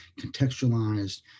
contextualized